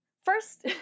First